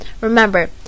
Remember